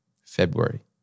February